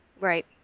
Right